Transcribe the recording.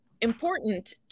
important